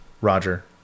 Roger